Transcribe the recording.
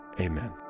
Amen